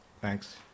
Thanks